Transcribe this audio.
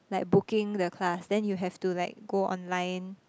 like booking the class then you have to like go online